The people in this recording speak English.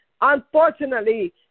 unfortunately